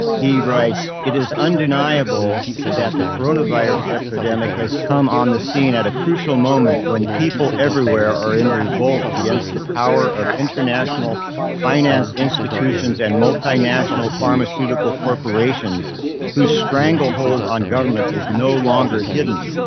he writes, it is undeniable that the coronavirus epidemic has come on the scene at a crucial moment when people everywhere are in revolt against the power of international finance institutions and multinational pharmaceutical corporations whose stranglehold on governments is no longer hidden.